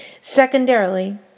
Secondarily